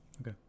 Okay